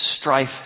strife